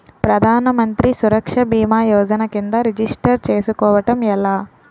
ప్రధాన మంత్రి సురక్ష భీమా యోజన కిందా రిజిస్టర్ చేసుకోవటం ఎలా?